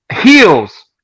heels